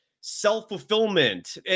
self-fulfillment